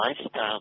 lifestyle